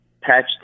patch